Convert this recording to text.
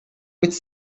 which